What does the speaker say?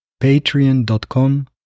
patreon.com